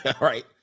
right